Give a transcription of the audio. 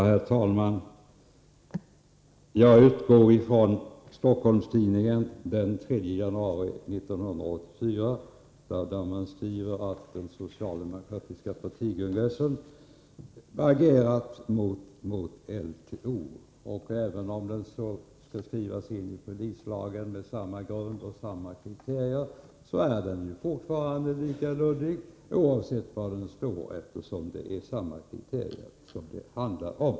Herr talman! Jag utgår från vad som står i StockholmsTidningen den 3 januari 1984, nämligen att den socialdemokratiska partikongressen har reagerat mot LTO. Om den skall skrivas in i polislagen med samma grunder och kreterier som nu gäller, så blir den fortfarande lika luddig oavsett hur texten utformas.